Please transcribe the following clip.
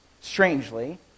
strangely